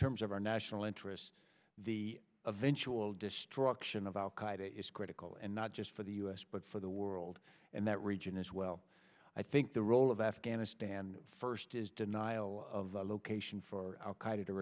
terms of our national interest the eventual destruction of al qaeda is critical and not just for the u s but for the world and that region as well i think the role of afghanistan first is denial of a location for al